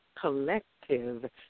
collective